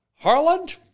Harland